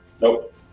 Nope